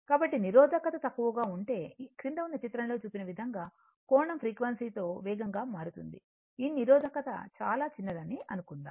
కాబట్టి నిరోధకత తక్కువగా ఉంటే క్రింద ఉన్న చిత్రంలో చూపిన విధంగా కోణం ఫ్రీక్వెన్సీతో వేగంగా మారుతుంది ఈ నిరోధకత చాలా తక్కువ విలువని కలిగివుంది అనుకుందాం